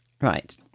Right